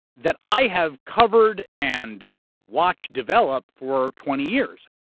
that i have covered and watched develop for twenty years.